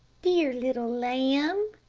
dear little lamb,